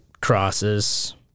crosses